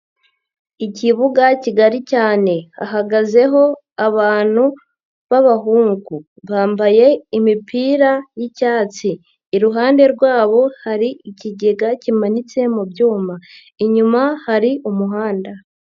Ikibuga kigari cyane, hahagazeho abantu b'abahungu bambaye imipira y'icyatsi, iruhande rwabo hari ikigega kimanitse mu byuma, inyuma hari umuhanda.